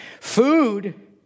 Food